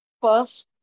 First